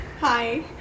Hi